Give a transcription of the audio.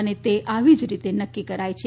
અને તે આવી રીતે જ નક્કી કરાય છે